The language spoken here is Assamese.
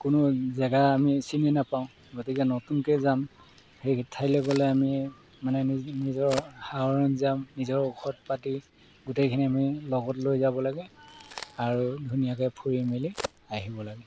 কোনো জেগা আমি চিনি নাপাওঁ গতিকে নতুনকৈ যাম সেই ঠাইলৈ গ'লে আমি মানে নিজৰ সাহসত যাম নিজৰ ঔষধ পাতি গোটেইখিনি আমি লগত লৈ যাব লাগে আৰু ধুনীয়াকৈ ফুৰি মেলি আহিব লাগে